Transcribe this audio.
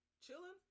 Chilling